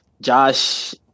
Josh